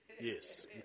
Yes